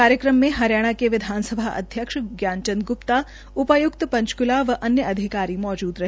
कार्यक्रम में हरियाणा विधानसभा अध्यक्ष ज्ञान चंद ग्प्ता उपाय्क्त पंचकूला व अन्य अधिकारी मौजूद रहे